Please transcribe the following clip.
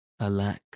Alack